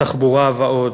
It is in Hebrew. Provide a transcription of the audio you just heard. התחבורה ועוד.